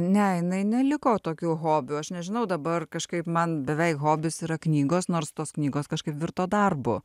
ne jinai neliko tokių hobių aš nežinau dabar kažkaip man beveik hobis yra knygos nors tos knygos kažkaip virto darbu